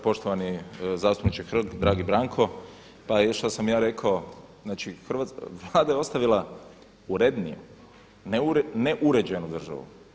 Poštovani zastupniče Hrg, dragi Branko pa i što sam ja rekao, znači Vlada je ostavila urednije, ne uređenu državu.